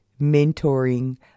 mentoring